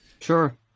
sure